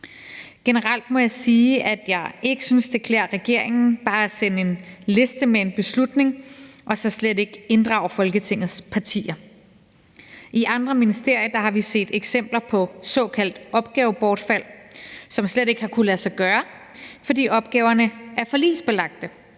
Generelt må jeg sige, at jeg ikke synes, at det klæder regeringen bare at sende en liste med en beslutning og så slet ikke inddrage Folketingets partier. I andre ministerier har vi set eksempler på såkaldt opgavebortfald, som slet ikke har kunnet lade sig gøre, fordi opgaverne er forligsbelagte.